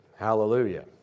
Hallelujah